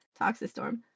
Toxistorm